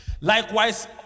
Likewise